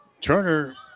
Turner